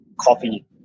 coffee